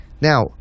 now